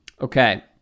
Okay